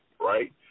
right